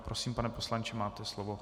Prosím, pane poslanče, máte slovo.